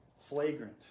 Flagrant